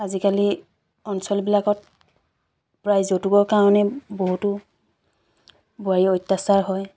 আজিকালি অঞ্চলবিলাকত প্ৰায় যৌতুকৰ কাৰণে বহুতো বোৱাৰীৰ অত্যাচাৰ হয়